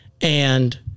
And-